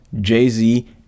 Jay-Z